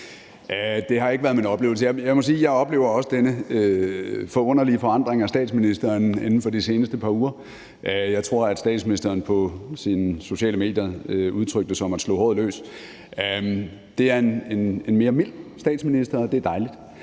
Det har ikke været min oplevelse. Jeg må sige, at jeg også oplever denne forunderlige forandring af statsministeren inden for de seneste par uger. Jeg tror, at statsministeren på sine sociale medier brugte udtrykket at slå håret ud. Det er en mere mild statsminister, og det er dejligt,